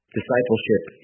Discipleship